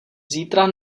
zítra